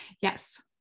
Yes